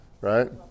Right